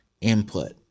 input